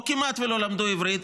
או כמעט שלא למדו עברית,